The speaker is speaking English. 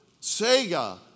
Sega